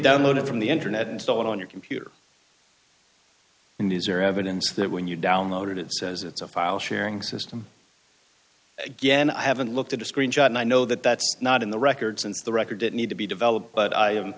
download it from the internet install it on your computer and these are evidence that when you download it it says it's a file sharing system again i haven't looked at a screen shot and i know that that's not in the record since the record did need to be developed but i am